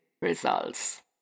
results